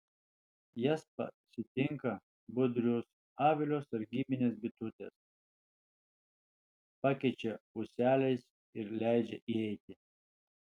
jas pasitinka budrius avilio sargybinės bitutės pakeičia ūseliais ir leidžia įeiti